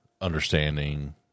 understanding